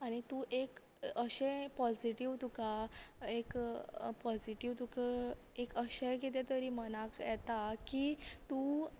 आनी तूं एक अशें पॉजिटिव तुका एक पॉजिटिव तुका एक अशें कितें तरी मनांत येता की तूं